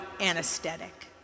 anesthetic